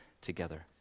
together